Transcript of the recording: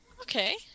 Okay